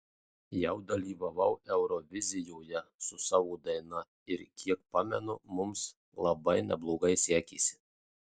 jau dalyvavau eurovizijoje su savo daina ir kiek pamenu mums labai neblogai sekėsi